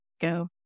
go